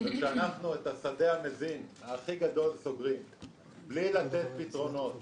כשאנחנו סוגרים את השדה המזין הכי גדול בלי לתת פתרונות,